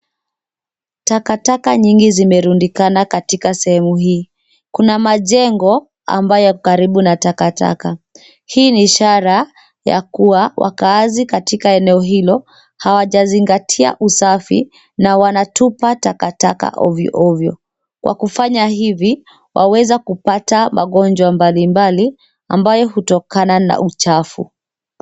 Takataka nyingi zimerundikana katika sehemu hii. Kuna majengo ambayo yako karibu na takataka. Hii ni ishara ya kuwa wakaazi katika eneo hilo, hawajazingatia usafi na wanatupa takataka ovyo ovyo. Wakufanya hivi, waweza kupata magonjwa mbali mbali ambayo hutokana na uchafu.